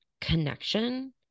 connection